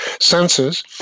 senses